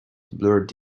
blurred